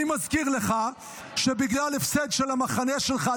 אני מזכיר לך שבגלל הפסד של המחנה שלך,